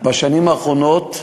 בשנים האחרונות,